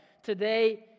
today